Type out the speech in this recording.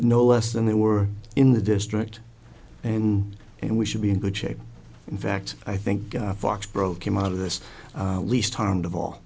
no less than they were in the district then and we should be in good shape in fact i think fox broke came out of this least harmed of all